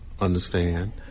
understand